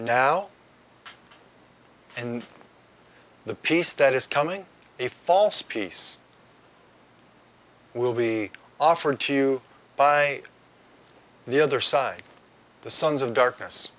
now and the peace that is coming a false peace will be offered to you by the other side the sons of darkness